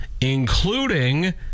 including